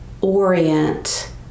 orient